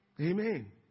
Amen